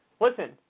listen